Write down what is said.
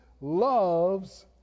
loves